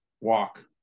walk